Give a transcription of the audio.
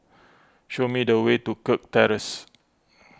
show me the way to Kirk Terrace